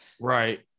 right